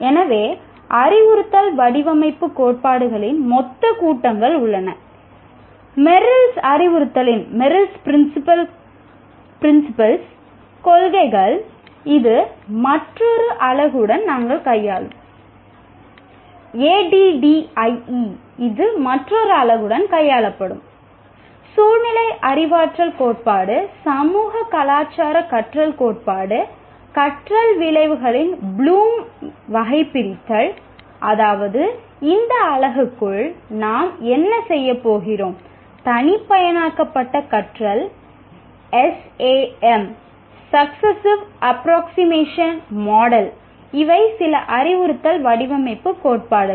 எனவே அறிவுறுத்தல் வடிவமைப்புக் கோட்பாடுகளின் மொத்தக் கூட்டங்கள் உள்ளன மெர்லின் அறிவுறுத்தலின் இவை சில அறிவுறுத்தல் வடிவமைப்பு கோட்பாடுகள்